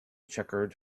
checkered